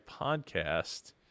podcast